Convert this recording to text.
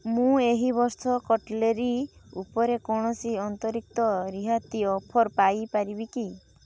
ମୁଁ ଏହି ବର୍ଷ କଟ୍ଲେରୀ ଉପରେ କୌଣସି ଅନ୍ତରିକ୍ତ ରିହାତି ଅଫର୍ ପାଇପାରିବି କି